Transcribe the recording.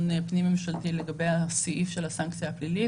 פנים ממשלתי לגבי הסעיף של הסנקציה הפלילית.